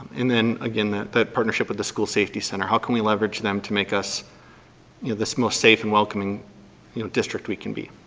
and then, again, that that partnership with the school safety center. how can we leverage them to make us you know the most safe and welcoming you know district we can be?